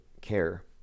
care